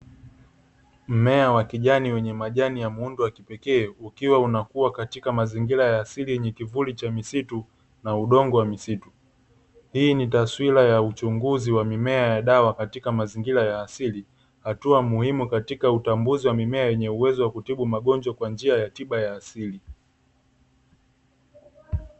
Mmea wa kijani wenye majani ya muundo wa kipekee, ukiwa unakua katika mazingira ya asili yenye kivuli cha misitu na udongo wa misitu hii ni taswira ya uchunguzi wa mimea ya dawa katika mazingira ya asili, hatua muhimu katika utambuzi wa mimea inayoweza kutibu magonjwa kwa njia ya tiba ya asili.